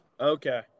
Okay